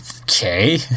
okay